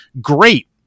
great